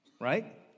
Right